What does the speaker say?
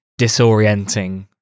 disorienting